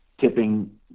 tipping